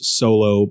solo